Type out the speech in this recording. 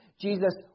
Jesus